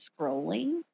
scrolling